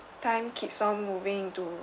time keeps on moving to